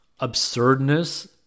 absurdness